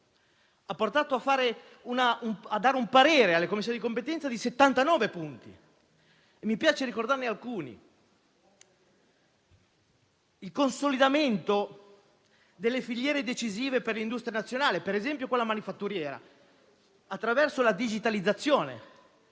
ha portato a trasmettere un parere alle Commissioni di competenza di 79 punti. Mi piace ricordarne alcuni: il consolidamento delle filiere decisive per l'industria nazionale, per esempio quella manifatturiera, attraverso la digitalizzazione.